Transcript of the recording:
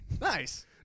Nice